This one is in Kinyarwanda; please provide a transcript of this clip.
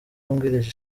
wungirije